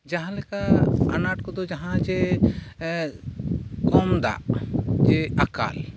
ᱡᱟᱦᱟᱸᱞᱮᱠᱟ ᱟᱱᱟᱴ ᱠᱚᱫᱚ ᱡᱟᱦᱟᱸᱭ ᱡᱮ ᱠᱚᱢ ᱫᱟᱜ ᱡᱮ ᱟᱠᱟᱞ